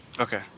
Okay